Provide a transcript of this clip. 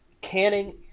canning